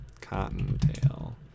Cottontail